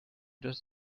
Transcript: das